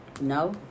no